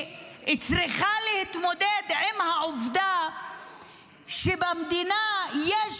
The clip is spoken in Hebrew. שצריכה להתמודד עם העובדה שבמדינה יש